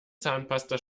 zahnpasta